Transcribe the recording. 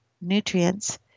nutrients